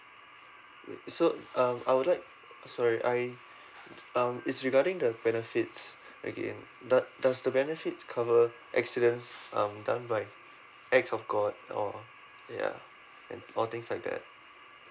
so um I would like sorry I um it's regarding the benefits again does does the benefits cover accidents um done by acts of god or ya and all things like that